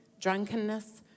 drunkenness